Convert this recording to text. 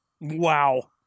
Wow